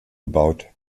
gebaut